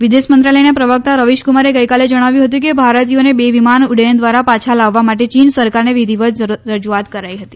વિદેશ મંત્રાલયના પ્રવક્તા રવિશકુમારે ગઈકાલે જણાવ્યું હતું કે ભારતીયોને બે વિમાન ઉદ્દયન દ્વારા પાછા લાવવા માટે ચીન સરકારને વિધિવત રજુઆત કરાઈ હતી